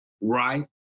right